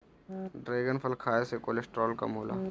dragon फल खाए से कोलेस्ट्राल कम होला